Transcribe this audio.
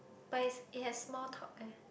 but it's it has small talk eh